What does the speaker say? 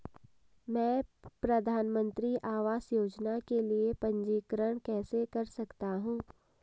मैं प्रधानमंत्री आवास योजना के लिए पंजीकरण कैसे कर सकता हूं?